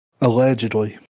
Allegedly